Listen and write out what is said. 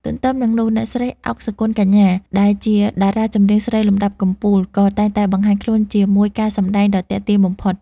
ទន្ទឹមនឹងនោះ អ្នកស្រី ឱក សុគន្ធកញ្ញា ដែលជាតារាចម្រៀងស្រីលំដាប់កំពូល ក៏តែងតែបង្ហាញខ្លួនជាមួយការសម្តែងដ៏ទាក់ទាញបំផុត។